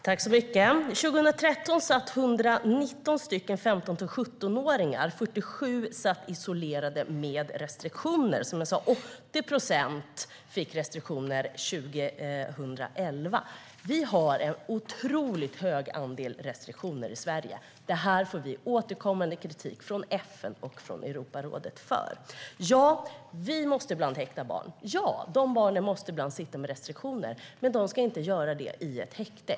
Herr talman! År 2013 satt 119 15-17-åringar häktade. 47 av dem satt isolerade med restriktioner. Som jag sa fick 80 procent restriktioner år 2011. Vi har en otroligt stor andel restriktioner i Sverige. Detta får vi återkommande kritik för från FN och Europarådet. Ja, vi måste ibland häkta barn. De måste ibland sitta med restriktioner, men de ska inte göra det i ett häkte.